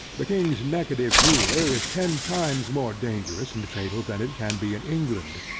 the king's negative here is ten times more dangerous and fatal than it can be in england,